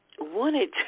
wanted